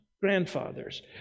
grandfathers